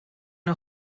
nhw